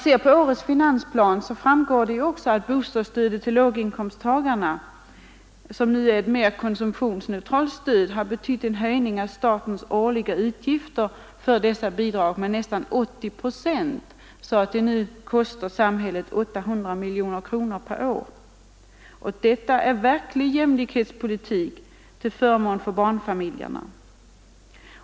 Av årets finansplan framgår, att den fasta delen av bostadsstödet till låginkomsttagare, som nu är ett allmänt konsumtionsneutralt stöd, har betytt en höjning av statens årliga utgifter för dessa bidrag med nästan 80 procent. De kostar nu samhället 800 miljoner kronor per år. Detta är verklig jämlikhetspolitik till förmån för barnfamiljerna.